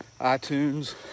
iTunes